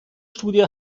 studie